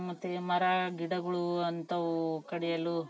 ಮತ್ತು ಮರ ಗಿಡಗಳು ಅಂಥವೂ ಕಡಿಯಲು